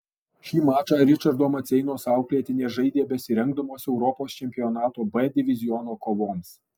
šį mačą ričardo maceinos auklėtinės žaidė besirengdamos europos čempionato b diviziono kovoms